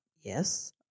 yes